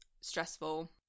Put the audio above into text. stressful